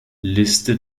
liste